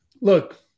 look